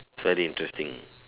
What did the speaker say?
very interesting